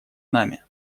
нами